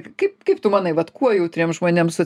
kaip kaip tu manai vat kuo jautriem žmonėms